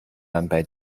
unpaid